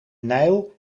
nijl